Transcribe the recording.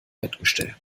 bettgestell